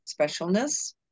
specialness